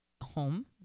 home